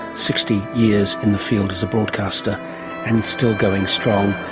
sixty years in the field as a broadcaster and still going strong.